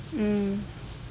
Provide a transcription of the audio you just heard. um